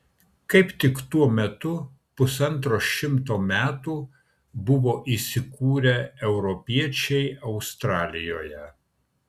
kaip tik tuo metu pusantro šimto metų buvo įsikūrę europiečiai australijoje